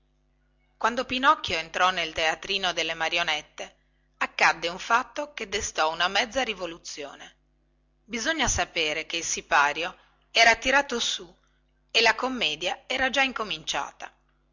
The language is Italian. quando pinocchio entrò nel teatrino delle marionette accadde un fatto che destò mezza rivoluzione bisogna sapere che il sipario era tirato su e la commedia era già incominciata